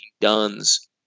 duns